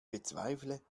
bezweifle